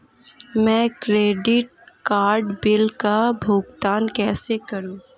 मैं credit card bill का भुगतान कैसे करूं?